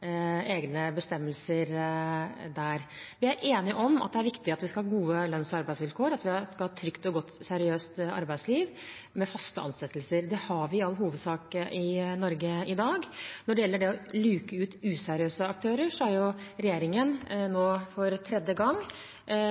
egne bestemmelser der. Vi er enige om at det er viktig at vi skal ha gode lønns- og arbeidsvilkår, og at vi skal ha et trygt, godt og seriøst arbeidsliv med faste ansettelser. Det har vi i all hovedsak i Norge i dag. Når det gjelder det å luke ut useriøse aktører, har regjeringen nå for tredje gang